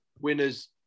Winners